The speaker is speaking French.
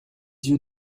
yeux